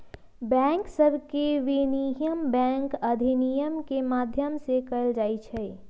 bank सभके विनियमन bank अधिनियम के माध्यम से कएल जाइ छइ